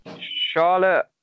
Charlotte